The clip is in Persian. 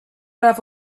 رفت